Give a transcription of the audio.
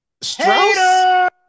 Strauss